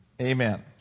Amen